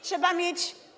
Trzeba mieć.